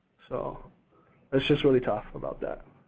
so it's just really tough about that.